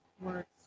works